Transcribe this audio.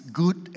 good